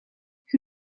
who